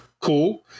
Cool